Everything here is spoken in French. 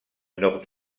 nord